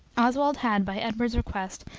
oswald had, by edward's request,